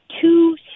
two